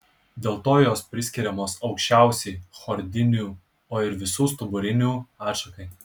dėl to jos priskiriamos anksčiausiai chordinių o ir visų stuburinių atšakai